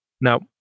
Now